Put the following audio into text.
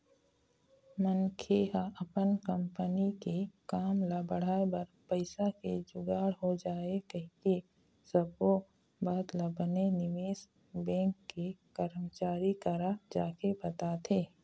मनखे ह अपन कंपनी के काम ल बढ़ाय बर पइसा के जुगाड़ हो जाय कहिके सब्बो बात ल बने निवेश बेंक के करमचारी करा जाके बताथे